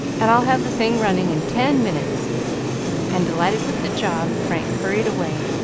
and i'll have the thing running in ten minutes and, delighted with the job, frank hurried away,